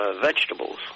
vegetables